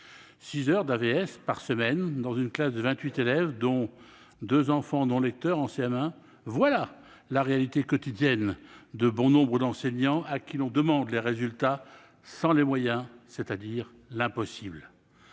scolaire (AVS) par semaine, dans une classe de CM1 de 28 élèves, dont deux enfants « non-lecteurs », voilà la réalité quotidienne de bon nombre d'enseignants à qui l'on demande des résultats sans les moyens, c'est-à-dire l'impossible.